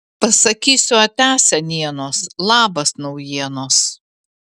pasakysiu atia senienos labas naujienos